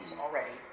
already